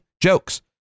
jokes